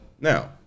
Now